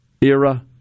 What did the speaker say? era